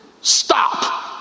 stop